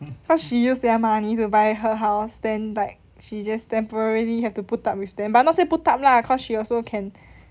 cause she use their money to buy her house then like she just temporarily have to put up with them but not say put up lah cause she also can